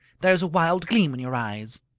there is a wild gleam in your eyes.